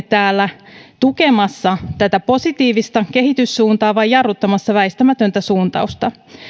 täällä tukemassa tätä positiivista kehityssuuntaa vai jarruttamassa väistämätöntä suuntausta